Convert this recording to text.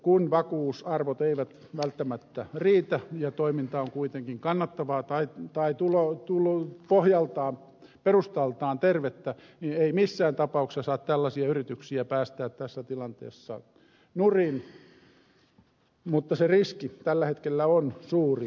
kun vakuusarvot eivät välttämättä riitä ja toiminta on kuitenkin kannattavaa tai perustaltaan tervettä niin ei missään tapauksessa saa tällaisia yrityksiä päästää tässä tilanteessa nurin mutta se riski on tällä hetkellä suuri